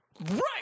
Right